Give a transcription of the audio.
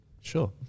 Sure